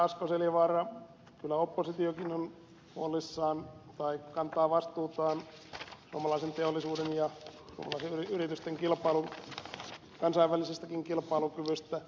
asko seljavaara kyllä oppositiokin on huolissaan tai kantaa vastuutaan suomalaisen teollisuuden ja suomalaisten yritysten kansainvälisestäkin kilpailukyvystä